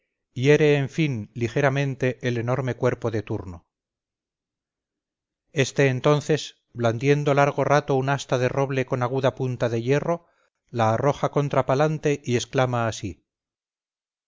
broquel hiere en fin ligeramente el enorme cuerpo de turno este entonces blandiendo largo rato un asta de roble con aguda punta de hierro la arroja contra palante y exclama así